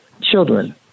children